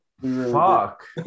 Fuck